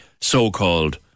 so-called